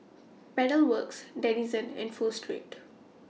Pedal Works Denizen and Pho Street